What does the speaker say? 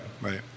right